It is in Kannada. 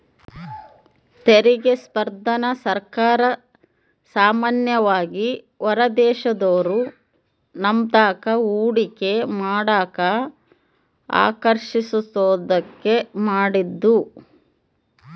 ತೆರಿಗೆ ಸ್ಪರ್ಧೆನ ಸರ್ಕಾರ ಸಾಮಾನ್ಯವಾಗಿ ಹೊರದೇಶದೋರು ನಮ್ತಾಕ ಹೂಡಿಕೆ ಮಾಡಕ ಆಕರ್ಷಿಸೋದ್ಕ ಮಾಡಿದ್ದು